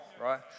right